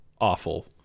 awful